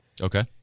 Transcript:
Okay